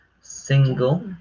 single